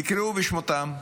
יקראו בשמותיהם.